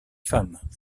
femmes